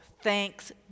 Thanks